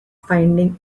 finding